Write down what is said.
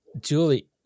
Julie